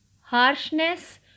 harshness